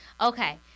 Okay